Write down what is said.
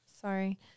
Sorry